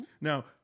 now